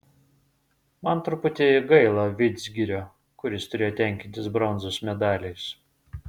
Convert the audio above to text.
man truputį gaila vidzgirio kuris turėjo tenkintis bronzos medaliais